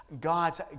God's